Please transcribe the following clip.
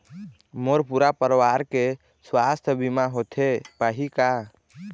मोर पूरा परवार के सुवास्थ बीमा होथे पाही का?